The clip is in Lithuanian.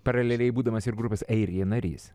paraleliai būdamas ir grupės airija narys